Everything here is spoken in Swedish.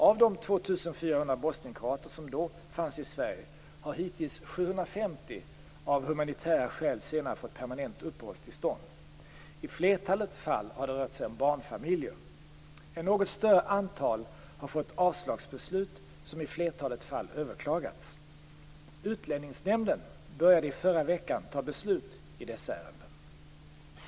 Av de 2 400 bosnienkroater som då fanns i Sverige har hittills 750 fått permanent uppehållstillstånd av humanitära skäl. I flertalet fall har det rört sig om barnfamiljer. Ett något större antal har fått avslagsbeslut, som i flertalet fall överklagats. Utlänningsnämnden började i förra veckan fatta beslut i dessa ärenden.